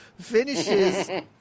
finishes